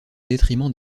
détriment